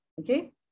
okay